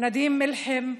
נדים מלחם,